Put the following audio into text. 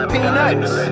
Peanuts